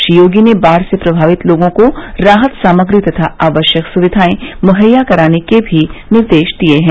श्री योगी ने बाढ़ से प्रभावित लोगों को राहत सामग्री तथा आवश्यक सुविधाएं मुहैयया कराने के भी निर्देश भी दिए हैं